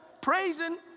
praising